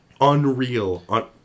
unreal